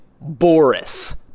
Boris